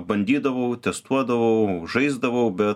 bandydavau testuodavau žaisdavau bet